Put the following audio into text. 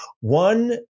One